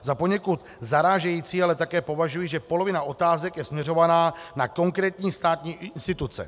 Za poněkud zarážející ale také považuji, že polovina otázek je směřovaná na konkrétní státní instituce